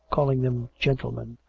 calling them gentlemen,